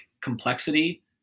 complexity